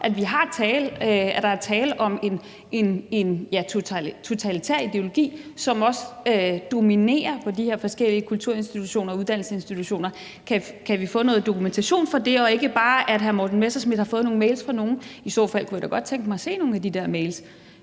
at der er tale om en totalitær ideologi, som også dominerer på de her forskellige kulturinstitutioner og uddannelsesinstitutioner. Kan vi få noget dokumentation for det og ikke bare, at hr. Morten Messerschmidt har fået nogle mails fra nogen – i så fald kunne jeg da godt tænke mig at se nogle af de der mails